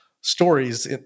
stories